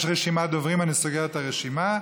יש רשימת דוברים, אני סוגר את הרשימה.